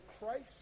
christ